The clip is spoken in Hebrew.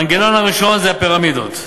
המנגנון הראשון זה הפירמידות,